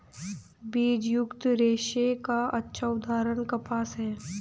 बीजयुक्त रेशे का अच्छा उदाहरण कपास है